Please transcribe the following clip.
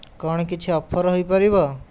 କ'ଣ କିଛି ଅଫର୍ ହୋଇପାରିବ